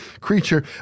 creature